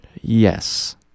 Yes